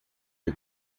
lhe